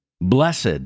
Blessed